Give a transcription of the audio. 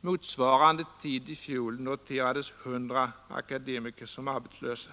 Motsvarande tid i fjol noterades 100 akademiker som arbetslösa.